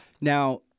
Now